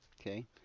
Okay